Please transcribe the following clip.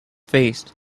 faced